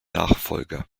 nachfolger